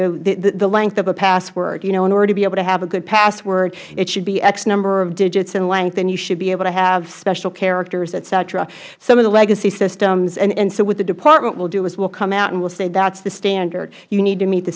know the length of a password you know in order to be able to have a good password it should be x number of digits in length and you should be able to have special characters et cetera some of the legacy systemsh and so what the department will do is we will come out and we will say that is the standard you need to meet the